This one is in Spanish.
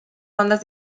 rondas